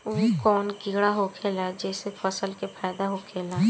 उ कौन कीड़ा होखेला जेसे फसल के फ़ायदा होखे ला?